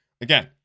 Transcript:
Again